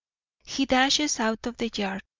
he dashes out of the yard,